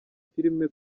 filime